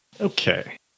Okay